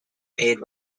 aid